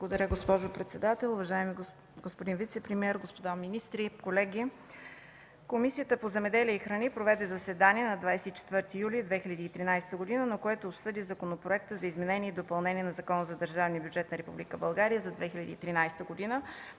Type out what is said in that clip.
Благодаря, госпожо председател. Уважаеми господин вицепремиер, господа министри, колеги! „Комисията по земеделието и храните проведе заседание на 24 юли 2013 г., на което обсъди Законопроект за изменение и допълнение на Закона за държавния